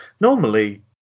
normally